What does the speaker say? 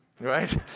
Right